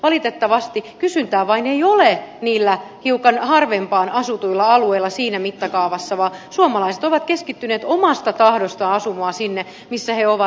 valitettavasti kysyntää vain ei ole niillä hiukan harvempaan asutuilla alueilla siinä mittakaavassa vaan suomalaiset ovat keskittyneet omasta tahdostaan asumaan sinne missä he ovat